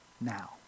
now